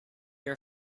your